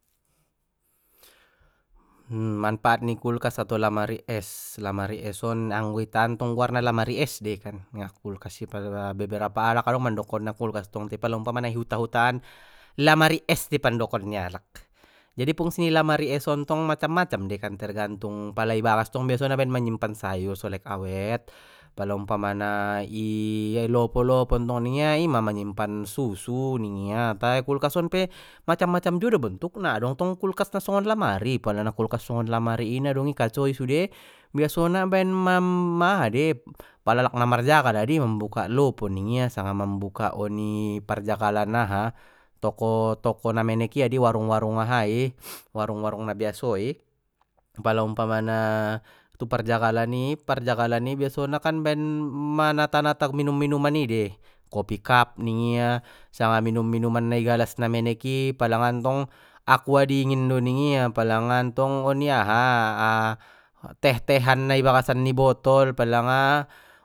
manfaat ni kulkas ato lamari es, lamari es on anggo i itaan anggo i itaan ntong guarna lamari es dei kan nga kulkas i pala beberapa alak adong mandokonna kulkas tong te pala umpamana i huta huta an lamari es de pandokon ni alak jadi fungsi ni lamari es on ntong macam macam dei tergantung pala ibagas tong biasona baen manyimpan sayur so lek awet pala umpamana i lopo lopo ntong ningia ima manyimpan susu ningia tai kulkas on pe macam macam juo do bontukna adong tong kulkas na songon lamari pala na kulkas songon lamari i na dong i kacoi sude biasona baen mam-mang aha dei pala alak na marjagal adi mambuka lopo ningia sanga mambuka parjagalan aha toko toko na menek i adi warung warung ahai warung warung na biaso i pala umpamana tu parjagalan i parjagalan i biasona kan baen ma-manata nata minum minuman i dei kopikap ningia sanga minum minuman nai galas na menek i pala ngantong akua dingin do ningia palangantong aha teh teh an nai bagasan ni botol pala nga